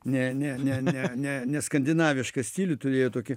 ne ne ne ne ne ne skandinavišką stilių turėjo tokį